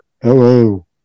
Hello